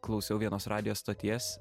klausiau vienos radijo stoties